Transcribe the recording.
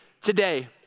today